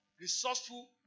resourceful